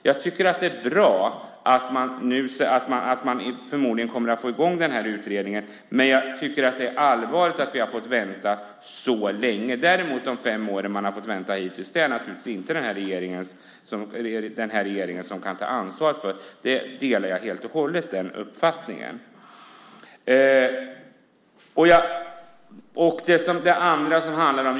Jag tycker att det är bra att man nu förmodligen kommer att få i gång utredningen, men jag tycker att det är allvarligt att vi har fått vänta så länge. Men de fem år som man har fått vänta hittills kan naturligtvis inte den här regeringen ta ansvar för. Den uppfattningen delar jag helt och hållet.